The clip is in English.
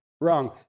wrong